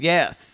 Yes